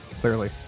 Clearly